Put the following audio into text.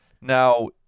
Now